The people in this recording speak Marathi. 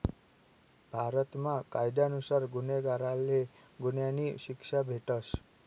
भारतमा कायदा नुसार गुन्हागारले गुन्हानी शिक्षा भेटस